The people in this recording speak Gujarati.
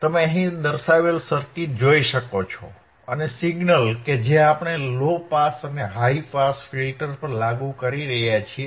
તમે અહીં દર્શાવેલ સર્કિટ જોઈ શકો છો અને સિગ્નલ કે જે આપણે લો પાસ અને હાઈ પાસ ફિલ્ટર પર લાગુ કરી રહ્યા છીએ